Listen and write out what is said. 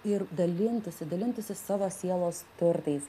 ir dalintųsi dalintųsi savo sielos turtais